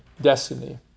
destiny